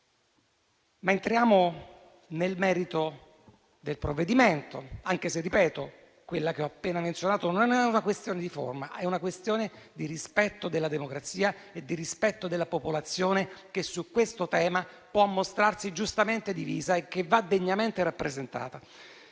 ora nel merito del provvedimento, anche se quella che ho appena menzionato è una questione non di forma, ma di rispetto della democrazia e della popolazione che su questo tema può mostrarsi giustamente divisa e che va degnamente rappresentata.